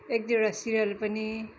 एक दुईवटा सिरियल पनि